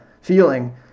feeling